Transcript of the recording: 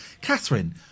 Catherine